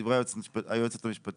לדברי היועצת המשפטית,